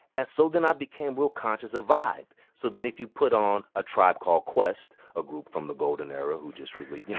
and so then, i became real conscious of vibe. so then, if you put on a tribe called quest, a group from the golden era who just release